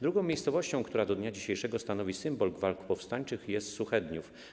Drugą miejscowością, która do dnia dzisiejszego stanowi symbol walk powstańczych, jest Suchedniów.